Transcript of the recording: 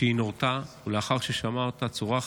שהיא נורתה, ולאחר ששמע אותה צורחת,